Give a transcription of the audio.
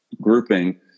grouping